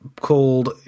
called